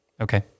Okay